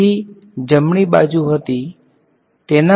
તેથી જમણી બાજુ હતી તેના બદલે છે